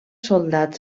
soldats